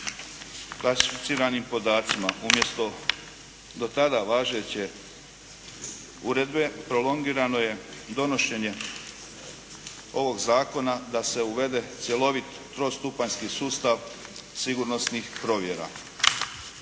klasificiranim podacima umjesto do tada važeće uredbe prolongirano je donošenje ovog zakona da se uvede cjeloviti trostupanjski sustav sigurnosnih provjera.